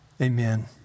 amen